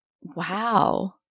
Wow